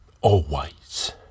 Always